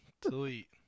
Delete